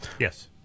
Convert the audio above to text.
Yes